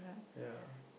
ya